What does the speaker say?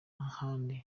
n’ahandi